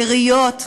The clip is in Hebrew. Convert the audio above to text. עיריות וכדומה,